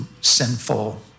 sinful